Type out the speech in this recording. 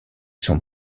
son